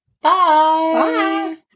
Bye